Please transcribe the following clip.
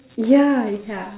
yeah yeah